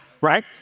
right